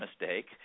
mistake